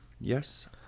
Yes